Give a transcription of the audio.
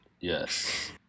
Yes